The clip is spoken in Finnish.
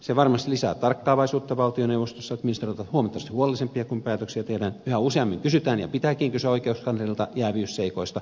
se varmasti lisää tarkkaavaisuutta valtioneuvostossa että ministerit ovat huomattavasti huolellisempia kun päätöksiä tehdään yhä useammin kysytään ja pitääkin kysyä oikeuskanslerilta jääviysseikoista